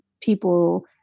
people